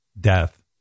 death